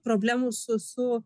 problemų su su